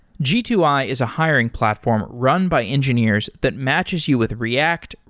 g two i is a hiring platform run by engineers that matches you with react,